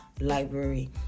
library